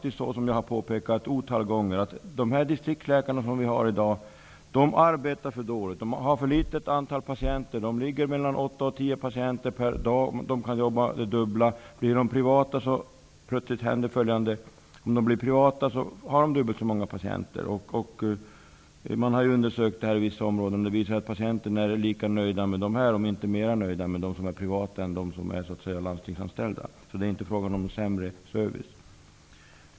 Såsom det har påpekats ett otal gånger, arbetar de distriktsläkare som vi har i dag för dåligt. De har för litet antal patienter. Det rör sig om åtta till tio patienter per dag. Läkarna skulle kunna jobba dubbelt så mycket. Om de blir privata så har de plötsligt dubbelt så många patienter. Man har undersökt det här i vissa områden. Det visar sig att patienterna är lika nöjda, om inte nöjdare, med de läkare som är privata som de som är landstingsanställda. Det blir inte fråga om sämre service.